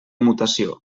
mutació